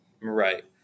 Right